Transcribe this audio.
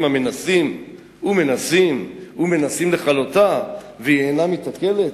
המנסים ומנסים ומנסים לכלותה והיא אינה מתאכלת,